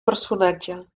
personatge